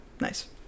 Nice